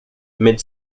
mid